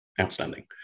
Outstanding